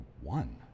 one